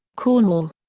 cornwall.